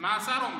מה השר אומר?